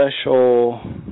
special